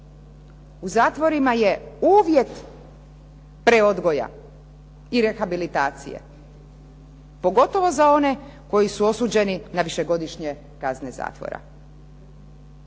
u zatvorima je uvjet preodgoja i rehabilitacije, pogotovo za one koji su osuđeni na višegodišnje kazne zatvora.